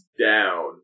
down